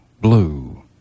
Blue